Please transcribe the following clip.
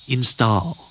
Install